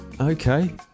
Okay